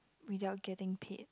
without getting paid